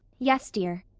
yes, dear.